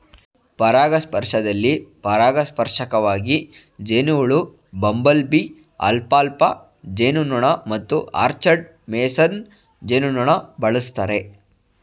ಪರಾಗಸ್ಪರ್ಶದಲ್ಲಿ ಪರಾಗಸ್ಪರ್ಶಕವಾಗಿ ಜೇನುಹುಳು ಬಂಬಲ್ಬೀ ಅಲ್ಫಾಲ್ಫಾ ಜೇನುನೊಣ ಮತ್ತು ಆರ್ಚರ್ಡ್ ಮೇಸನ್ ಜೇನುನೊಣ ಬಳಸ್ತಾರೆ